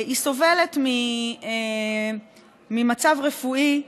היא סובלת ממצב רפואי,